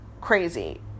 crazy